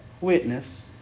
witness